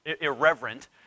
irreverent